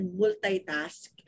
multitask